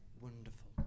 wonderful